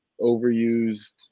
overused